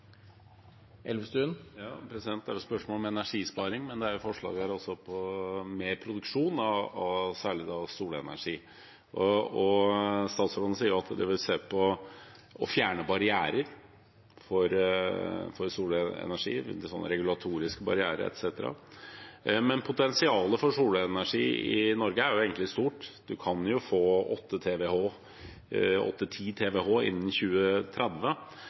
her om mer produksjon, særlig av solenergi. Statsråden sier at de vil se på det å fjerne barrierer for solenergi, regulatoriske barrierer etc. Men potensialet for solenergi i Norge er egentlig stort. Man kan få 8–10 TWh innen 2030. Så mitt spørsmål blir: Vil statsråden også se på mer offensive grep for å nå et mål på f.eks. 8 TWh,